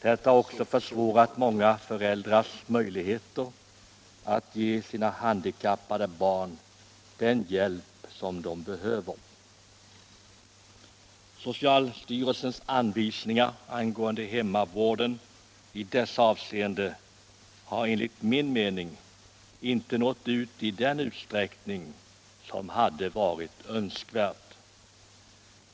Detta har försvårat många föräldrars möjligheter att ge sina handikappade barn den hjälp som dessa behöver. Socialstyrelsens anvisningar angående hemmavården i dessa avseenden har enligt min mening inte nått ut i den utsträckning som hade varit önskvärt.